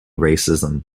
racism